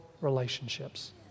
relationships